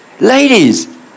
ladies